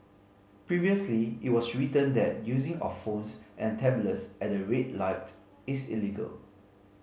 previously it was written that using of phones and tablets at the red light is illegal